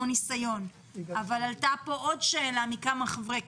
יש להם המון המון ניסיון,